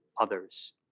others